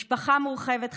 משפחה מורחבת חדשה,